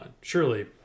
Surely